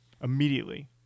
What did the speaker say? immediately